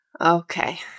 Okay